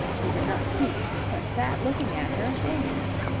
he did not speak, but sat looking at her, dazed.